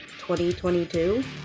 2022